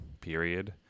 period